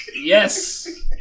yes